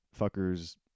fuckers